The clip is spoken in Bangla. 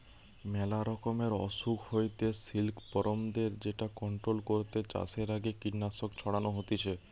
মেলা রকমের অসুখ হইতে সিল্কবরমদের যেটা কন্ট্রোল করতে চাষের আগে কীটনাশক ছড়ানো হতিছে